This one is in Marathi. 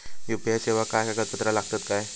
यू.पी.आय सेवाक काय कागदपत्र लागतत काय?